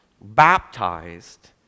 baptized